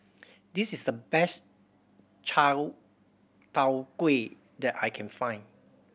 this is the best Chai Tow Kuay that I can find